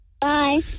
Bye